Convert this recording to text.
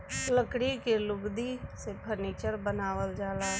लकड़ी के लुगदी से फर्नीचर बनावल जाला